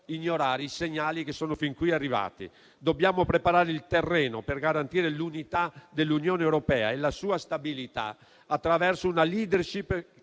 ignorare i segnali che sono fin qui arrivati. Dobbiamo preparare il terreno per garantire l'unità dell'Unione europea e la sua stabilità attraverso una *leadership* che